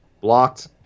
Blocked